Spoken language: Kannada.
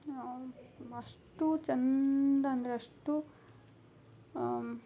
ಅಷ್ಟು ಚಂದ ಅಂದರೆ ಅಷ್ಟು